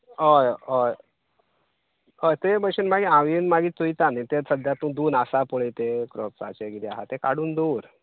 हय हय हय ते भशेन मागीर हांव येवन मागीर पयता मागीर तें सद्द्या दोन आसा पळय तें क्रोप्स अशें किदें आसा तें काडून दवर